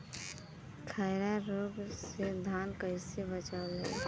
खैरा रोग से धान कईसे बचावल जाई?